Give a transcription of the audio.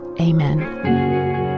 amen